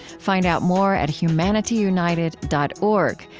find out more at humanityunited dot org,